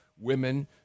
women